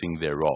thereof